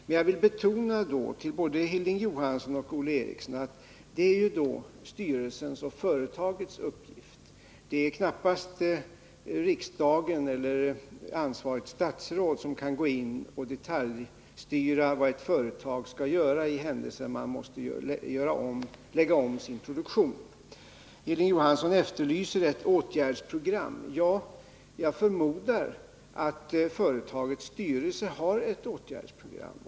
Men jag vill betona — till både Hilding Johansson och Olle Eriksson — att det då är styrelsens och företagets uppgift; riksdagen eller ett ansvarigt statsråd kan knappast gå in och detaljstyra vad ett företag skall göra för den händelse det måste lägga om sin produktion. Hilding Johansson efterlyser ett åtgärdsprogram. Jag förmodar att företagets styrelse har ett åtgärdsprogram.